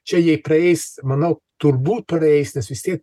čia jei praeis manau turbūt praeis nes vis tiek